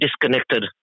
disconnected